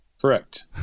correct